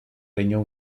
regno